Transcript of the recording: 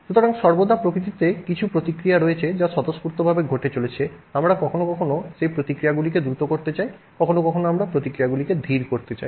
সুতরাং সর্বদা প্রকৃতিতে কিছু প্রতিক্রিয়া রয়েছে যা স্বতঃস্ফূর্তভাবে ঘটে চলেছে আমরা কখনও কখনও সেই প্রতিক্রিয়াগুলিকে দ্রুত করতে চাই কখনও কখনও আমরা প্রতিক্রিয়াগুলি ধীর করতে চাই